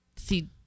See